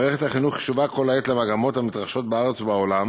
מערכת החינוך קשובה כל העת למגמות בארץ ובעולם